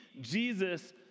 Jesus